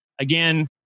again